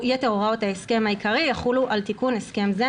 ההסכם העיקרי יחולו על תיקון הסכם זה."